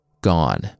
gone